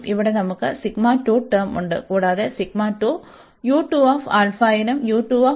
ഇവിടെ നമുക്ക് ടേം ഉണ്ട് കൂടാതെ നും നും ഇടയിലാണ്